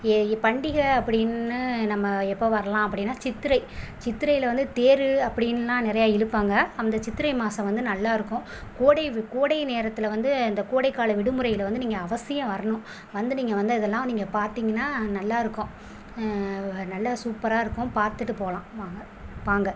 பண்டிகை அப்படின்னு நம்ம எப்ப வரலாம் அப்படின்னா சித்திரை சித்திரையில் வந்து தேர் அப்டின்லாம் நிறைய இழுப்பாங்க அந்த சித்திரை மாதம் வந்து நல்லா இருக்கும் கோடை கோடை நேரத்தில் வந்து அந்த கோடைகால விடுமுறையில் வந்து நீங்கள் அவசியம் வரணும் வந்து நீங்கள் வந்து அதெல்லாம் நீங்கள் பார்த்திங்கன்னா நல்லா இருக்கும் நல்ல சூப்பராக இருக்கும் பார்த்துட்டு போகலாம் வாங்க வாங்க